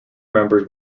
members